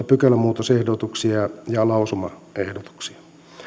pykälämuutosehdotuksia ja ja lausumaehdotuksia